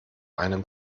einem